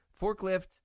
Forklift